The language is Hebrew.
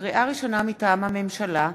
לקריאה ראשונה, מטעם הממשלה: